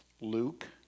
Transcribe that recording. Luke